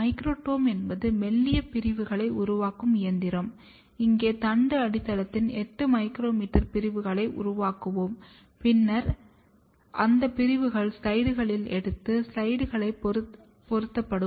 microtome என்பது மெல்லிய பிரிவுகளை உருவாக்கும் இயந்திரம் இங்கே தண்டு அடித்தளத்தின் 8 மைக்ரோமீட்டர் பிரிவுகளை உருவாக்குவோம் பின்னர் அந்த பிரிவுகள் ஸ்லைடுகளில் எடுத்து ஸ்லைடுகளில் பொருத்தப்படும்